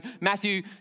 Matthew